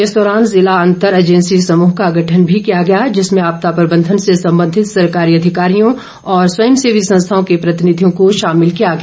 इस दौरान जिला अंतर एंजेसी समूह का गठन भी किया गया जिसमें आपदा प्रबंधन से संबधित सरकारी अधिकारियों और स्वयं सेवी संस्थाओं के प्रतिनिधियों को शामिल किया गया